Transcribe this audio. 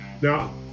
Now